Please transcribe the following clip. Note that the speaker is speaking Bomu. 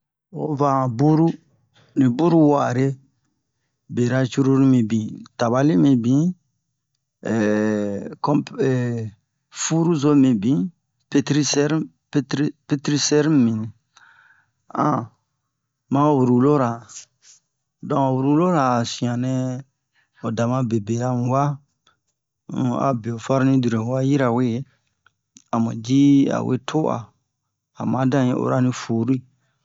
O va han buru ni buru wa'are bera cruru mibin tabali mibin kon furu zo mibin petrizɛr petri petrisɛr mibin ma'o rulora don rulora a sianɛ o dama be bera mu wa um a be'o farni dure ho wa yirawe amu ji a we to'a a ma dan yi oro ni furu'i